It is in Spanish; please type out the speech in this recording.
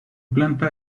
planta